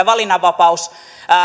valinnanvapaus